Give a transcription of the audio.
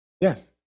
Yes